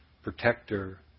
protector